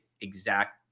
exact